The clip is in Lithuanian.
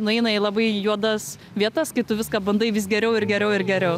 nueina į labai juodas vietas kai tu viską bandai vis geriau ir geriau ir geriau